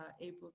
able